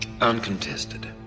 Uncontested